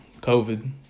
COVID